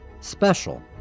special